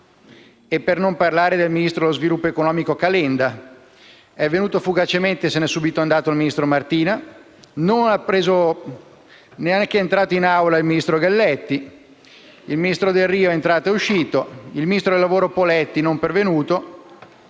per non parlare del ministro dello sviluppo economico Calenda. È venuto fugacemente e se ne è subito andato il ministro Martina, neanche è entrato in Aula il ministro Galletti, il ministro Delrio è entrato e uscito, il ministro del lavoro Poletti è non pervenuto,